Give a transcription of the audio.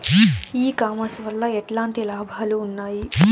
ఈ కామర్స్ వల్ల ఎట్లాంటి లాభాలు ఉన్నాయి?